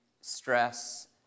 stress